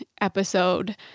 episode